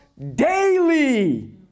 daily